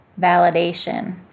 validation